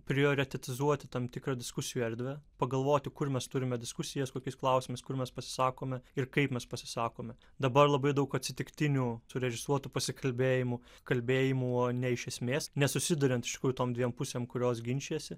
prioreitetizuoti tam tikrą diskusijų erdvę pagalvoti kur mes turime diskusijas kokiais klausimais kur mes pasisakome ir kaip mes pasisakome dabar labai daug atsitiktinių surežisuotų pasikalbėjimų kalbėjimų o ne iš esmės nesusiduriant su tom dviem pusėm kurios ginčijasi